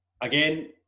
again